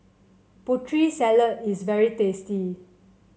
Putri Salad is very tasty